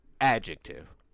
adjective